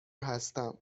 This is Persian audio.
هستیم